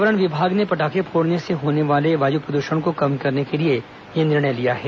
पर्यावरण विभाग ने पटाखे फोड़ने से होने वाले वायु प्रद्षण को कम करने के लिए यह निर्णय लिया है